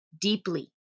deeply